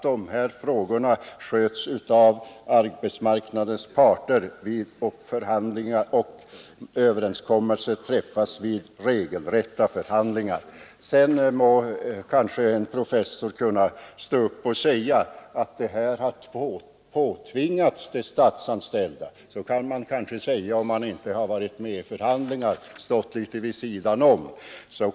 De här frågorna sköts ju av arbetsmarknadens parter, och överenskommelser träffas vid regelrätta förhandlingar — sedan må en professor som herr Åkerlind åberopade kunna stå upp och mena att den här bestämmelsen har påtvingats de statsanställda. Så kan man kanske säga om vilken lönefråga som helst, om man inte har varit med vid några förhandlingar utan stått litet vid sidan om.